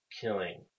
killing